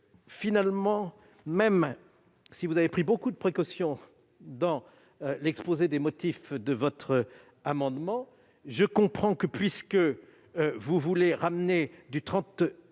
Gontrie, même si vous avez pris beaucoup de précautions dans l'exposé des motifs de votre amendement, je comprends que, puisque vous voulez ramener du 31